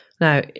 Now